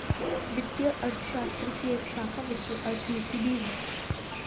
वित्तीय अर्थशास्त्र की एक शाखा वित्तीय अर्थमिति भी है